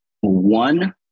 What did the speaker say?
one